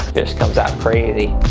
fish comes up crazy,